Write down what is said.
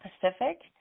Pacific